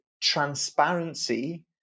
transparency